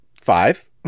five